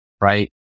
right